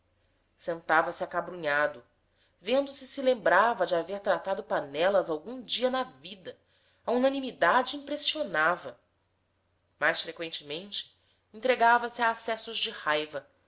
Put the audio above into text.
esganiçadas sentava-se acabrunhado vendo se se lembrava de haver tratado panelas algum dia na vida a unanimidade impressionava mais freqüentemente entregava-se a acessos de raiva